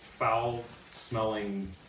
foul-smelling